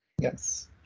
Yes